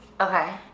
Okay